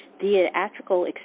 theatrical